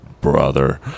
brother